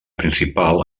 principal